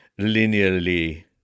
linearly